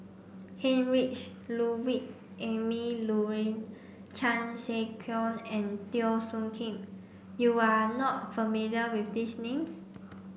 Heinrich Ludwig Emil Luering Chan Sek Keong and Teo Soon Kim you are not familiar with these names